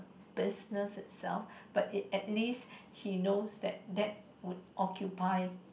business itself but at least he knows that that would occupy